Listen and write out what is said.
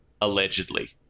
allegedly